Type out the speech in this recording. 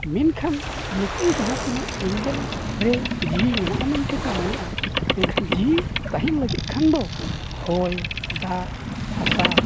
ᱢᱮᱱᱠᱷᱟᱱ ᱱᱩᱠᱩ ᱡᱟᱦᱟᱸ ᱛᱤᱱᱟᱹᱜ ᱮᱸᱜᱮᱞ ᱨᱮ ᱡᱤᱣᱤ ᱢᱮᱱᱟᱜᱼᱟ ᱢᱮᱱᱛᱮ ᱠᱚ ᱢᱮᱱᱮᱫᱼᱟ ᱢᱮᱱᱠᱷᱟᱱ ᱡᱤᱣᱤ ᱛᱟᱦᱮᱱ ᱞᱟᱹᱜᱤᱫ ᱠᱷᱟᱱ ᱫᱚ ᱦᱚᱸᱭ ᱫᱟᱜ ᱦᱟᱥᱟ